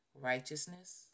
righteousness